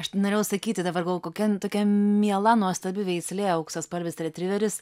aš tai norėjau sakyti dabar galvoju kokia tokia miela nuostabi veislė auksaspalvis retriveris